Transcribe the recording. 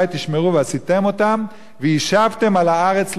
תשמרו ועשיתם אֹתם וישבתם על הארץ לבטח".